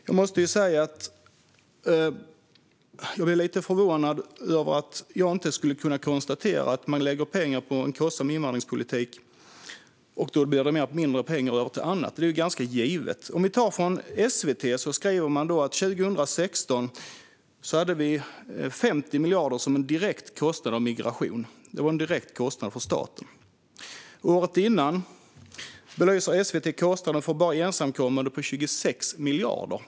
Jag måste säga att jag är lite förvånad över att jag inte skulle kunna konstatera att om man lägger pengar på en kostsam invandringspolitik blir det mindre pengar över till annat. Det är ju ganska givet. SVT skriver att 2016 hade vi 50 miljarder som en direkt kostnad för migration för staten. Året innan belyser SVT en kostnad för bara ensamkommande på 26 miljarder.